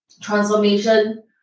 transformation